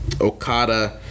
Okada